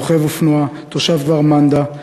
רוכב אופנוע תושב כפר-מנדא,